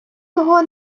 його